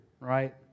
right